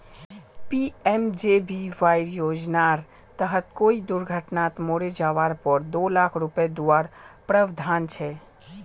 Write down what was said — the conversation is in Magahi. पी.एम.जे.बी.वाई योज्नार तहत कोए दुर्घत्नात मोरे जवार पोर दो लाख रुपये दुआर प्रावधान छे